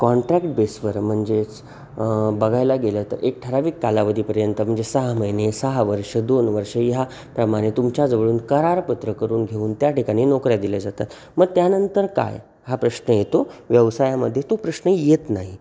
contract बेसवर म्हणजेच बघायला गेलं तर एक ठराविक कालावधीपर्यंत म्हणजे सहा महिने सहा वर्ष दोन वर्ष ह्या प्रमाणे तुमच्याजवळून करारपत्र करून घेऊन त्या ठिकाणी नोकऱ्या दिल्या जातात मग त्यानंतर काय हा प्रश्न येतो व्यवसायामध्ये तो प्रश्न येत नाही